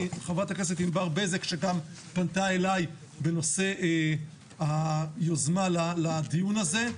חברת הכנסת ענבר בזק שגם פנתה אליי בנושא היוזמה לדיון הזה.